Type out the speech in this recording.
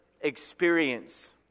experience